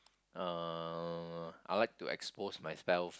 uh I'd like to expose myself